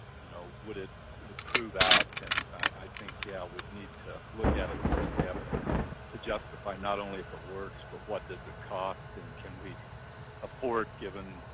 you know, would it it prove out and i, i think yeah we'd need to look at it more in depth to justify not only if it works, but what does it cost and can we afford given,